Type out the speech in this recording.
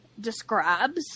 describes